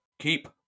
keep